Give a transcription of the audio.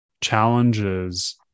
challenges